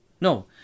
No